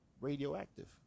radioactive